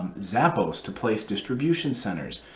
zappos to place distribution centers,